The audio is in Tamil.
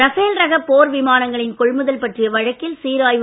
ரஃபேல் ரக போர் விமானங்களின் கொள்முதல் பற்றிய வழக்கில் சீராய்வு